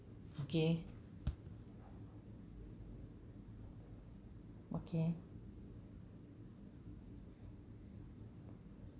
okay okay